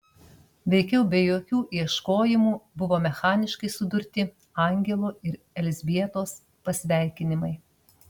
veikiau be jokių ieškojimų buvo mechaniškai sudurti angelo ir elzbietos pasveikinimai